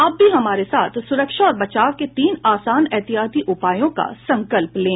आप भी हमारे साथ सुरक्षा और बचाव के तीन आसान एहतियाती उपायों का संकल्प लें